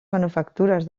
manufactures